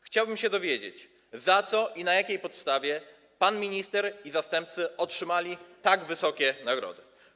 Chciałbym się dowiedzieć: Za co i na jakiej podstawie pan minister i zastępcy otrzymali tak wysokie nagrody?